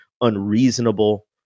unreasonable